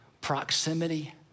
Proximity